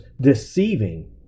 deceiving